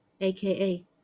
aka